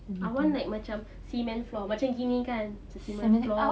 I want like macam cement floor macam gini kan macam cement floor